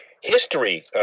history